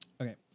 Okay